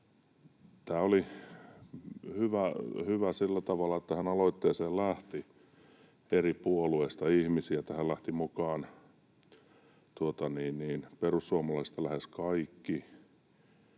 Tämä oli hyvä sillä tavalla, että tähän aloitteeseen lähti ihmisiä eri puolueista. Tähän lähtivät